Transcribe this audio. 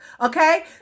okay